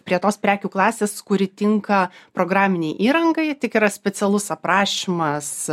prie tos prekių klasės kuri tinka programinei įrangai tik yra specialus aprašymas